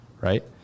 right